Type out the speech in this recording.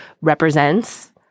represents